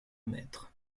mètres